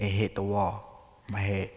hit the wall my